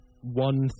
one